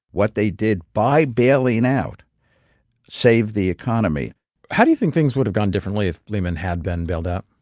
what they did by bailing out saved the economy how do you think things would have gone differently if lehman had been bailed out?